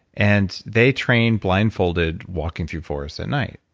and they train blindfolded walking through forests at night.